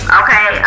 okay